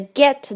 get